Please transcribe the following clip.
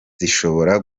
zishobora